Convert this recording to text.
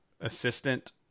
assistant